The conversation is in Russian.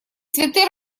цветы